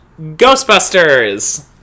Ghostbusters